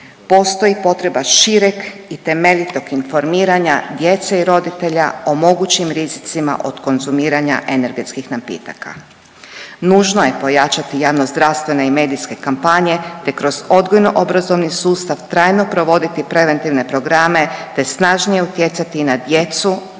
Postoji potreba šireg i temeljitog informiranja djece i roditelja o mogućim rizicima od konzumiranja energetskih napitaka. Nužno je pojačati javnozdravstvene i medijske kampanje, te kroz odgojno obrazovni sustav trajno provoditi preventivne programe, te snažnije utjecati na djecu